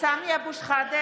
סמי אבו שחאדה,